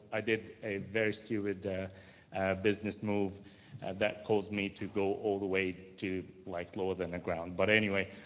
i did a very stupid business move that caused me to go all the way to like lower than the ground but anyway,